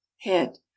head